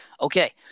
Okay